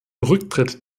rücktritt